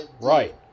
Right